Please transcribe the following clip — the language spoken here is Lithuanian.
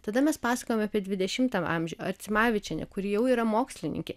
tada mes pasakojam apie dvidešimtą amžių arcimavičienė kuri jau yra mokslininkė